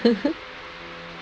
he he